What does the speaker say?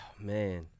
Man